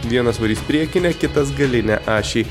vienas varys priekinę kitas galinę ašį